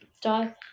Die